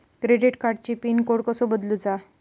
Credit कार्डची pin code कसो बदलुचा?